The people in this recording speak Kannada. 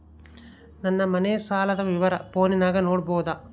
ನನ್ನ ಮನೆ ಸಾಲದ ವಿವರ ಫೋನಿನಾಗ ನೋಡಬೊದ?